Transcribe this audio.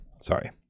Sorry